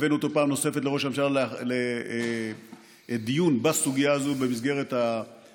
הבאנו אותו פעם נוספת לראש הממשלה לדיון בסוגיה הזאת במסגרת הקבינט,